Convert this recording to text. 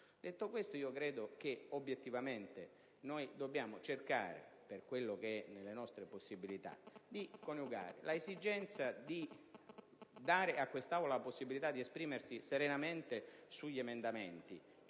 Detto questo, credo che obiettivamente noi dobbiamo cercare, per quello che è nelle nostre possibilità, di coniugare l'esigenza di dare a quest'Aula la possibilità di esprimersi serenamente sugli emendamenti